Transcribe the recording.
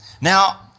Now